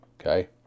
Okay